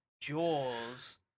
Jaws